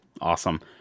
Awesome